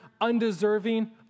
undeserving